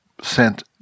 sent